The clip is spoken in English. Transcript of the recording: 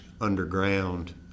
underground